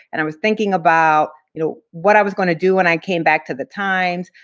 and i was thinking about, you know, what i was gonna do when i came back to the times.